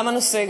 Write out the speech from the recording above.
גם הנושא,